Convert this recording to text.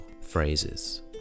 phrases